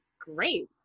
great